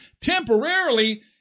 Temporarily